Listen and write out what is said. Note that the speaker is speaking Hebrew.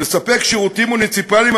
לספק שירותים מוניציפליים,